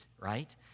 right